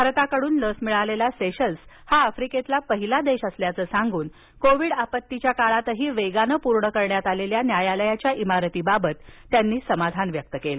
भारताकडून लस मिळालेला सेशल्स हा आफ्रिकेतील पहिला देश असल्याचं सांगून कोविड आपत्तीच्या काळातही वेगानं पूर्ण करण्यात आलेल्या न्यायालयाच्या इमारतीबाबत त्यांनी समाधान व्यक्त केलं